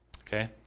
okay